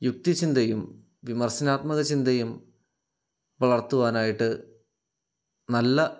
യുക്തി ചിന്തയും വിമർശനാത്മക ചിന്തയും വളർത്തുവാനായിട്ട് നല്ല